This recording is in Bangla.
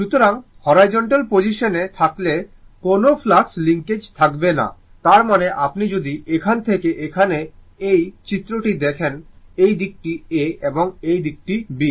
সুতরাং হরাইজন্টাল পজিশনে থাকলে কোনও ফ্লাক্স লিঙ্কেজ থাকবে না তার মানে আপনি যদি এখান থেকে এখানে এই চিত্রটি দেখেন এই দিকটি A এবং এই দিকটি B